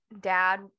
dad